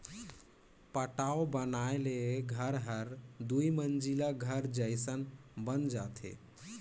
पटाव बनाए ले घर हर दुमंजिला घर जयसन बन जाथे